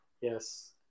Yes